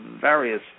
various